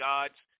Gods